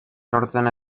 sortzen